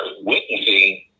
witnessing